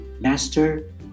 Master